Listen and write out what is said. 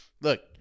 look